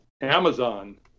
Amazon